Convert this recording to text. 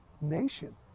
nation